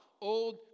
old